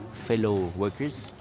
fellow workers,